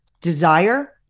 desire